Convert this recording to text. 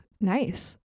Nice